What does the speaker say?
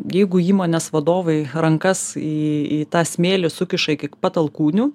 jeigu įmonės vadovai rankas į į tą smėlį sukiša iki pat alkūnių